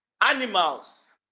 Animals